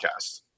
podcast